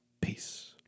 Peace